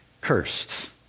cursed